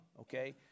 okay